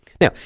Now